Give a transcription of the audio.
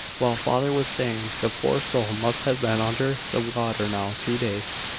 while father was saying the poor soul must have been under the water now two days.